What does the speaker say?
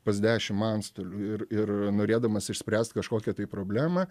pas dešimt antstolių ir ir norėdamas išspręst kažkokią tai problemą